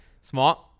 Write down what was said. smart